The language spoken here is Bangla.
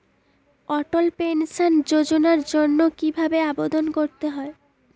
অটল পেনশন যোজনার জন্য কি ভাবে আবেদন করতে হয়?